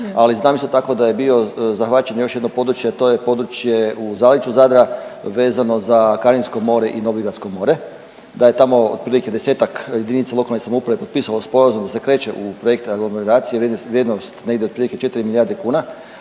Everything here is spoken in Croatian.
ali znam isto tako da je bio zahvaćeno još jedno područje, a to je područje u zaleđu Zadra vezano za Karinsko more i Novigradsko more da je tamo otprilike desetak jedinica lokalne samouprave potpisalo sporazum da se kreće u projekt aglomeracije vrijednost negdje otprilike četri milijarde kuna,